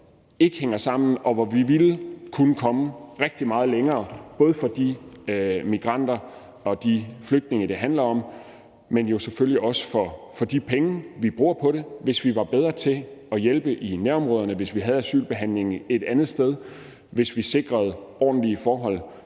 ikke hænger sammen, og hvor vi ville kunne komme rigtig meget længere både for de migranter og de flygtninge, det handler om, men jo selvfølgelig også for de penge, vi bruger på det, hvis vi var bedre til at hjælpe i nærområderne, hvis vi havde asylbehandlingen et andet sted, hvis vi sikrede ordentlige forhold